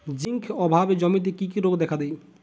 Zinc অভাবে জমিতে কি কি রোগ দেখাদেয়?